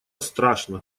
страшно